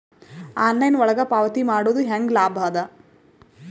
Online ಒಳಗ ಪಾವತಿ ಮಾಡುದು ಹ್ಯಾಂಗ ಲಾಭ ಆದ?